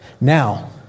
Now